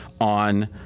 on